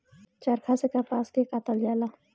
चरखा से कपास के कातल जाला